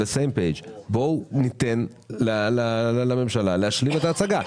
בואו ניתן לממשלה להשלים את ההצגה.